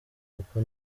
kuko